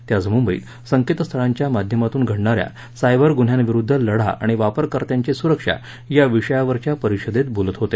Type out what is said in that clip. ते आज मुंबईत संकेतस्थळांच्या माध्यमातून घडणाऱ्या सायबर गुन्ह्यांविरुद्ध लढा आणि वापरकर्त्यांची सुरक्षा या विषयावरच्या परिषदेत बोलत होते